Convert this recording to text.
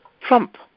Trump